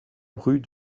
rue